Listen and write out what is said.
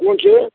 कोन चीज